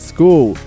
School